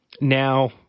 now